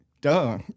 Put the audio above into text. duh